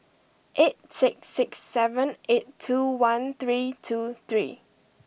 eight six six seven eight two one three two three